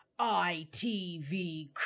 ITV